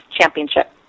championship